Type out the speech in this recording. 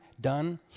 done